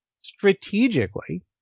strategically